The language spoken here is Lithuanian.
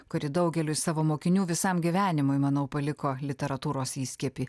kuri daugeliui savo mokinių visam gyvenimui manau paliko literatūros įskiepį